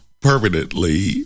permanently